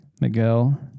Miguel